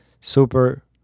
super